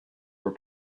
were